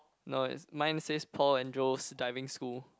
now is mine says Paul and Rose Diving School